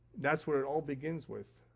that's where it all begins with.